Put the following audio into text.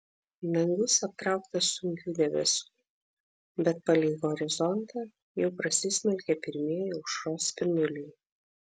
dangus aptrauktas sunkių debesų bet palei horizontą jau prasismelkė pirmieji aušros spinduliai